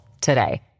today